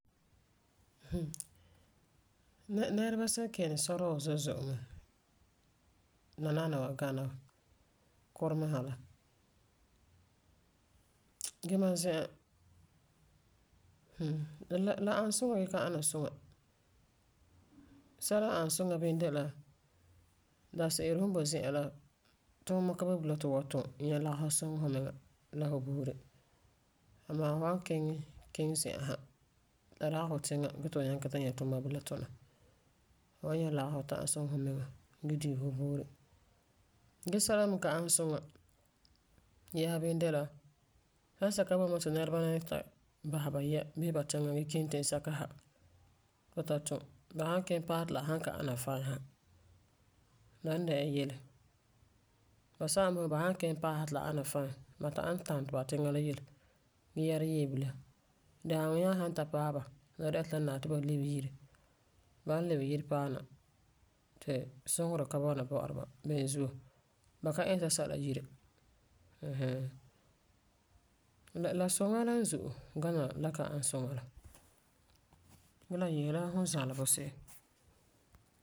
Hmm, nɛreba sirum kini sadɔɔ zo'e zo'e mɛ nananewa gana kuremin sa la. Ge mam zi'an, hmm, la la ani suŋa gee ka ana suŋa. Sɛla n ani suŋa bini de la daanse'ere fum boi zi'an la tuuma ka boi ti fu wan tum nyɛ lagefɔ suŋɛ fumiŋa la fu buuri. Amaa fu san kiŋɛ kiŋe zi'an sa la dagi fu tiŋa gee ti fu kiŋɛ ta nyɛ tuuma tuna fu wan nyɛ lagefɔ ta'am suŋɛ fumiŋa gee diise fu buuri. Ge sɛla me n ka ani suŋa yɛsa bini de la, sansɛka boi mɛ ti nɛreba la ni ta basɛ ba yɛa gee kiŋɛ tinsɛka sa ti ba ta tum. Ba san kiŋɛ paɛ ti la san ka ana suŋa la ni dɛna la yele Basɛba me boi mɛ ba san kiŋɛ paɛ sa ti la ana fine, ba ta'am ni tam ba tiŋa la yele gee yɛrum yee bilam. Daaŋɔ nyaa san ta paɛ ba ti la di'a ti ba lebe yire. Ba san lebe yire paana ti suŋerɛ ni ka bɔna bɔ'ɔra ba beni zuo, ba ka iŋɛ sɛsɛla yire mm hmm. La suŋa la n zo'e gana la ka ani suŋa. Gee la yese la fum zali bu se'em.